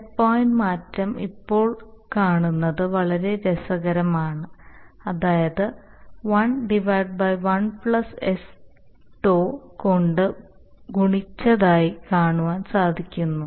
set point മാറ്റം ഇപ്പോൾകാണുന്നത് വളരെ രസകരമാണ് അതായത് 1 1 sτ കൊണ്ട് ഗുണിച്ചതായി കാണുവാൻ സാധിക്കുന്നു